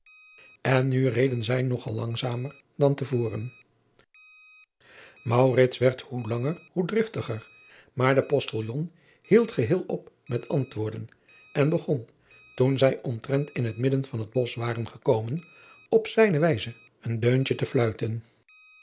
n nu reden zij nog al langzamer dan te voren werd hoe langer hoe driftiger maar de ostiljon hield geheel op met antwoorden en begon toen zij omtrent in het midden van het bosch waren gekomen op zijne wijze een deuntje te fluiten